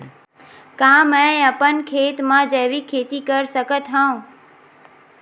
का मैं अपन खेत म जैविक खेती कर सकत हंव?